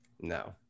no